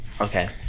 okay